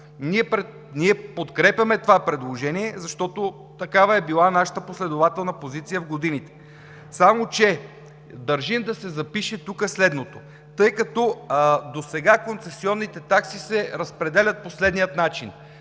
Ние подкрепяме това предложение, защото такава е била нашата последователна позиция в годините, само че държим тук да се запише следното, тъй като досега концесионните такси се разпределят по следния начин